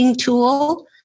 tool